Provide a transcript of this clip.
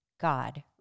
God